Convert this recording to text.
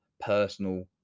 personal